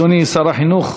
אדוני שר החינוך